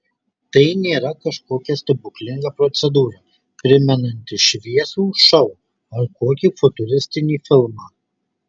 tai nėra kažkokia stebuklinga procedūra primenanti šviesų šou ar kokį futuristinį filmą